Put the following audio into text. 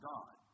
God